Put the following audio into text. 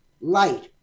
light